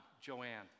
Joanne